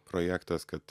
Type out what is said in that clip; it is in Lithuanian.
projektas kad